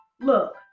Look